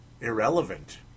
Irrelevant